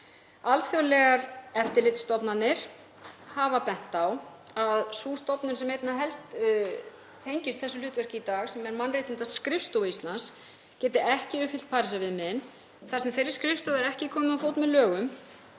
Alþjóðlegar eftirlitsstofnanir hafa bent á að sú stofnun sem einna helst tengist þessu hlutverki í dag, sem er Mannréttindaskrifstofa Íslands, geti ekki uppfyllt Parísarviðmiðin þar sem þeirri skrifstofu er ekki komið á fót með lögum